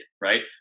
right